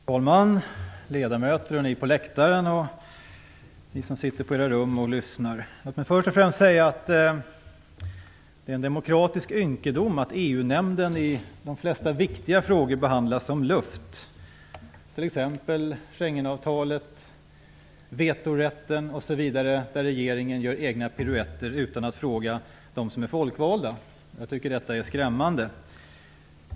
Fru talman! Kammarledamöter, ni på läktaren och ni som lyssnar! Låt mig först och främst säga att det en demokratisk ynkedom att EU-nämnden i de flesta viktiga frågor behandlas som luft. När det t.ex. gäller Schengenavtalet, vetorätten gör regeringen sina egna piruetter utan att fråga de folkvalda. Det är skrämmande.